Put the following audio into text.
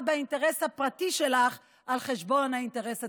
באינטרס הפרטי שלך על חשבון האינטרס הציבורי.